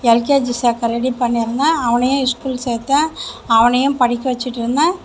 LKG சேர்க்க ready பண்ணிருந்தேன் அவனையும் ஸ்கூல் சேர்த்தேன் அவனையும் படிக்க வச்சுட்டு இருந்தேன்